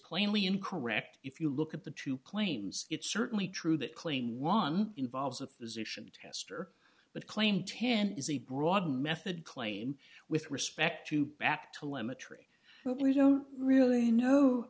plainly incorrect if you look at the two claims it's certainly true that claim one involves a physician tester but claim ten is a broader method claim with respect to back to lemma tree but we don't really know